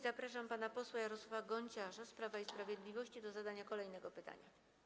Zapraszam pana posła Jarosława Gonciarza z Prawa i Sprawiedliwości do zadania kolejnego pytania.